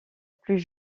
plus